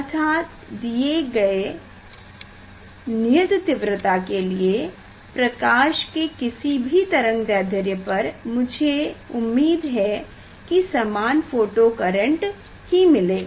अर्थात दिये गये नियत तीव्रता के लिए प्रकाश के किसी भी तरंगदैध्र्य पर मुझे उम्मीद है की समान फोटो करेंट ही मिलेगा